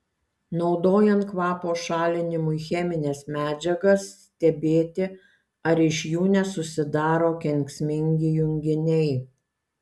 naudojant kvapo šalinimui chemines medžiagas stebėti ar iš jų nesusidaro kenksmingi junginiai